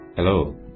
Hello